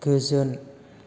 गोजोन